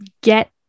get